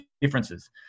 differences